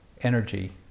energy